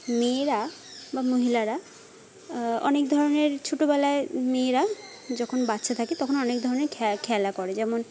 মেয়েরা বা মহিলারা অনেক ধরনের ছোটবেলায় মেয়েরা যখন বাচ্চা থাকে তখন অনেক ধরনের খেলা করে যেমন